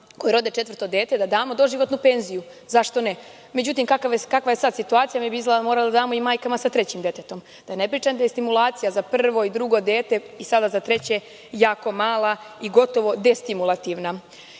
koje rode četvrto dete, da damo doživotnu penziju, zašto ne? Međutim kakva je sada situacija, mi bi morali da damo i majkama sa trećim detetom. Dakle, da ne pričam da je stimulacija za prvo i drugo dete, i sada za treće, jako mala i gotovo destimulativna. Imamo